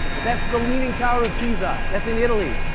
that's the leaning tower of pisa, that's in italy.